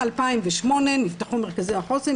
ב-2008 נפתחו מרכזי החוסן.